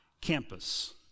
campus